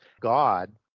God